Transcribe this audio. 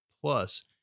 Plus